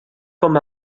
com